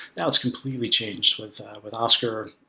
now, it's completely changed with with oscar,